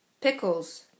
Pickles